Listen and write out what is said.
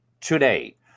today